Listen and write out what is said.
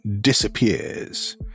disappears